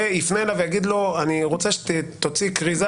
יפנה אליו ויגיד לו: אני רוצה שתוציא כריזה